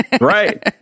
Right